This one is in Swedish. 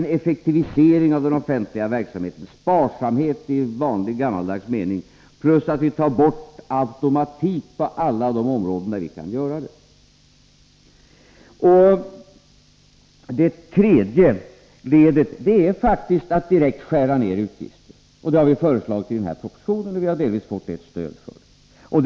Den politiken hade ni i och för sig inlett, men vi fullföljer den och driver den hårdare. Dessutom tar vi bort automatiken på alla de områden där vi kan göra det. Det tredje elementet är faktiskt att direkt skära ned utgifter. Det har vi föreslagit i denna proposition, och vi har delvis fått ert stöd för det.